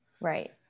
Right